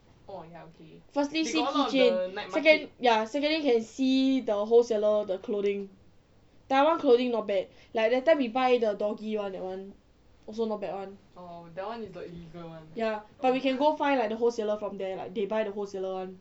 firstly see keychain second ya secondly can see the wholesaler the clothing taiwan clothing not bad like that time we buy the doggie one that one also not bad [one] but we can go find like the wholesaler from there like they buy the wholesaler [one]